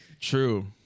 True